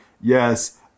yes